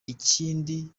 ikindi